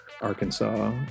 Arkansas